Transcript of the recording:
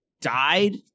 died